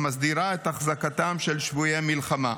המסדירה את החזקתם של שבויי מלחמה.